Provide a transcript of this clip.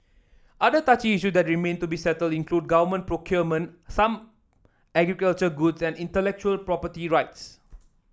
other touchy issue that remain to be settled include government procurement some agricultural goods and intellectual property rights